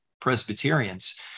Presbyterians